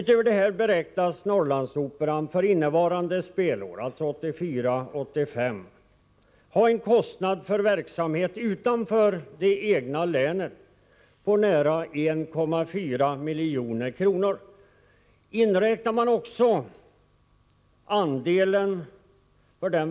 Därutöver beräknas Norrlandsoperan för innevarande spelår — alltså 1984/85 — ha en kostnad på närmare 1,4 milj.kr. för verksamhet utanför det egna länet.